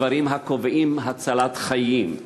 בדברים הקובעים הצלת חיים,